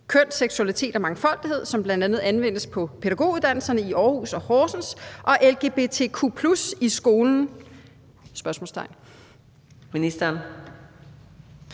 »Køn, seksualitet & mangfoldighed«, som bl.a. anvendes på pædagoguddannelserne i Aarhus og Horsens, og »LGBTQ+ i skolen«? Kl. 14:11 Fjerde næstformand